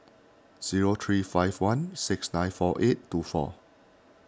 zero three five one six nine four eight two four